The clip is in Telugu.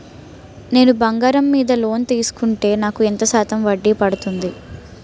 నేను బంగారం మీద లోన్ తీసుకుంటే నాకు ఎంత శాతం వడ్డీ పడుతుంది?